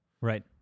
Right